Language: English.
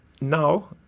Now